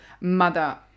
mother